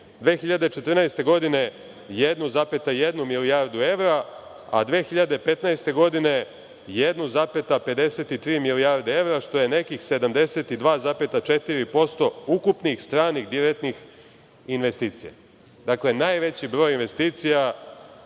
2014. godine 1,1 milijardu evra, a 2015. godine 1,53 milijarde evra, što je nekih 72,4% ukupnih stranih direktnih investicija. Dakle, najveći broj investicija